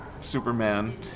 Superman